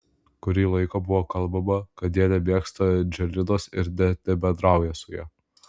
kurį laiką buvo kalbama kad jie nemėgsta andželinos ir net nebendrauja su ja